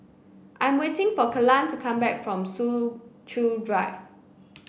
I am waiting for Kellan to come back from Soo Chow Drive